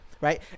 Right